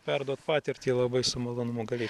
perduot patirtį labai su malonumu gali